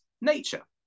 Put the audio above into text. nature